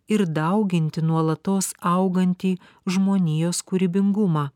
ir dauginti nuolatos augantį žmonijos kūrybingumą